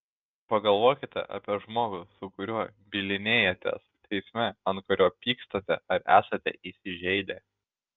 pagalvokite apie žmogų su kuriuo bylinėjatės teisme ant kurio pykstate ar esate įsižeidę